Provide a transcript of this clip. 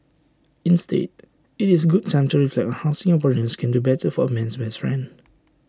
instead IT is A good time to reflect on how Singaporeans can do better for man's best friend